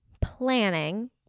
planning